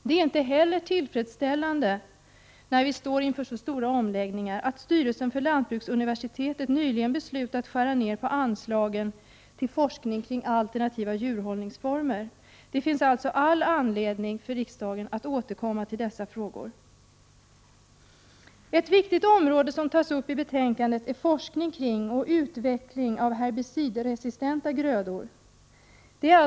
Det är inte heller tillfredsställande, när vi står inför så stora omläggningar, att styrelsen för lantbruksuniversitetet nyligen beslutat skära ner på anslagen till forskning kring alternativa djurhållningsformer. Det finns alltså all anledning för riksdagen att återkomma till dessa frågor. Ett viktigt område som tas upp i betänkandet är forskning kring och utveckling av herbicidresistenta grödor.